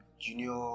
junior